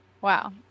Wow